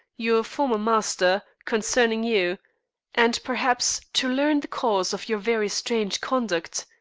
your former master, concerning you and, perhaps, to learn the cause of your very strange conduct.